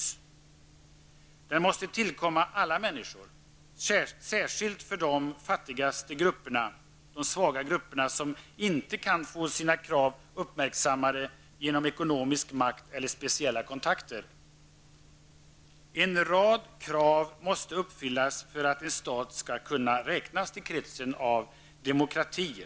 Den rätten måste tillkomma alla människor, särskilt de fattigaste och svagaste grupperna, som inte kan få sina krav uppmärksammade genom ekonomisk makt eller speciella kontakter. En rad krav måste uppfyllas för att en stat skall kunna räknas till kretsen av demokratier.